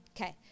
Okay